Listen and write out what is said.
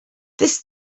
this